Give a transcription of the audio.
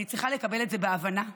ואני צריכה לקבל את זה בהבנה ובענווה,